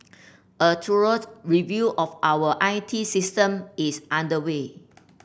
a thorough review of our I T system is underway